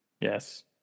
Yes